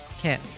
kiss